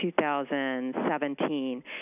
2017